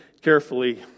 carefully